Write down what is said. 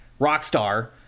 Rockstar